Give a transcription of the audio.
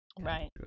Right